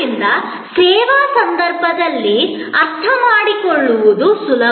ಆದ್ದರಿಂದ ಸೇವಾ ಸಂದರ್ಭದಲ್ಲಿ ಅರ್ಥಮಾಡಿಕೊಳ್ಳುವುದು ಸುಲಭ